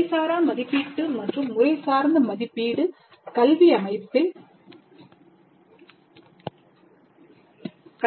முறைசாரா மதிப்பீடு மற்றும் முறைசார்ந்த மதிப்பீடு